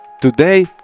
Today